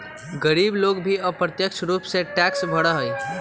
गरीब लोग भी अप्रत्यक्ष रूप से टैक्स भरा हई